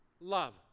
love